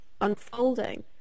unfolding